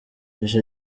ico